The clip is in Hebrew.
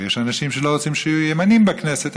ויש אנשים שלא רוצים שיהיו ימנים בכנסת.